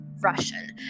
Russian